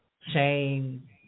shame